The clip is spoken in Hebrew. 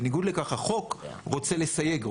בניגוד לכך, החוק רוצה לסייג.